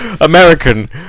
American